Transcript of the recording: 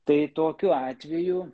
tai tokiu atveju